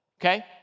okay